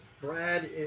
Brad